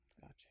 Gotcha